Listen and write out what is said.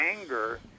anger